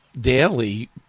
daily